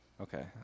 Okay